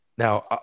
Now